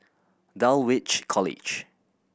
Dulwich College